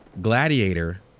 Gladiator